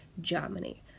Germany